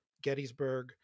Gettysburg